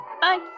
Bye